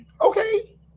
okay